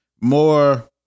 more